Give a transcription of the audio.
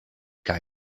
kaj